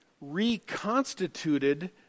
reconstituted